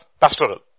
pastoral